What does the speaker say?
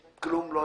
אז